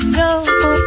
go